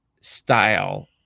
style